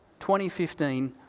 2015